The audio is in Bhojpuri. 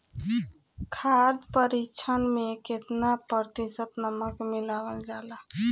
खाद्य परिक्षण में केतना प्रतिशत नमक मिलावल जाला?